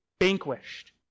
vanquished